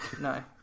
no